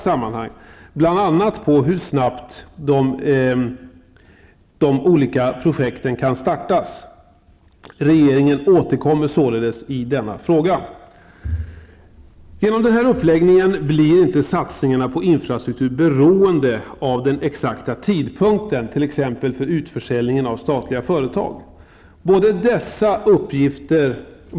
Det beror bl.a. på hur snabbt de olika projekten kan startas. Regeringen återkommer således i denna fråga. Genom denna uppläggning blir inte satsningarna på infrastruktur beroende av den exakta tidpunkten, t.ex. för utförsäljningen av statliga företag.